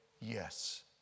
yes